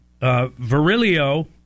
Virilio